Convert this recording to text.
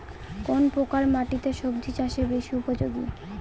কোন প্রকার মাটি সবজি চাষে বেশি উপযোগী?